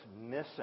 missing